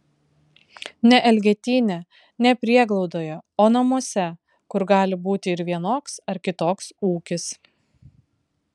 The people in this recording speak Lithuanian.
ne elgetyne ne prieglaudoje o namuose kur gali būti ir vienoks ar kitoks ūkis